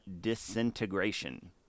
Disintegration